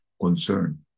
concern